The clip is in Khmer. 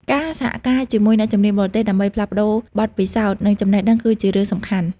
ការសហការជាមួយអ្នកជំនាញបរទេសដើម្បីផ្លាស់ប្តូរបទពិសោធន៍និងចំណេះដឹងគឺជារឿងសំខាន់។